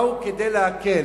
באו כדי להקל,